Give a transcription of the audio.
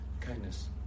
Kindness